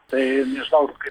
tai nežinau kaip